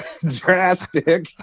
drastic